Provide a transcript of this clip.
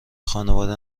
خانواده